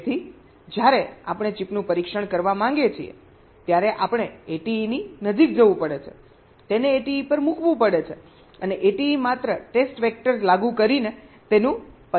તેથી જ્યારે આપણે ચિપનું પરીક્ષણ કરવા માગીએ છીએ ત્યારે આપણે ATE ની નજીક જવું પડે છે તેને ATE પર મુકવું પડે છે અને ATE માત્ર ટેસ્ટ વેક્ટર્સ લાગુ કરીને તેનું પરીક્ષણ કરશે